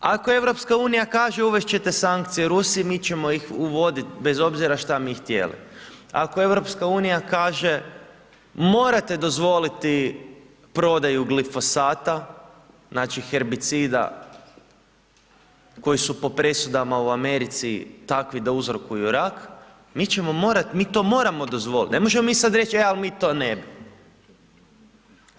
Ako EU kaže uvest ćete sankcije Rusiji, mi ćemo ih uvodit bez obzira šta mi htjeli, ako EU kaže morate dozvoliti prodaju glifosata, znači herbicida koji su po presudama u Americi takvi da uzrokuju rak, mi to moramo dozvoliti, ne možemo mi sad reći je ali mi to ne bi.